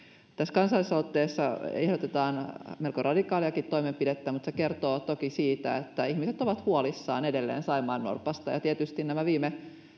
kansalaisaloitteessa ehdotetaan melko radikaaliakin toimenpidettä mutta se kertoo toki siitä että ihmiset ovat edelleen huolissaan saimaannorpasta ja tietysti viime